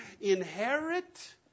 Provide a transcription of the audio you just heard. inherit